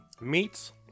meats